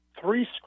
three